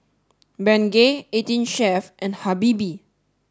Bengay eighteen Chef and Habibie